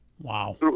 Wow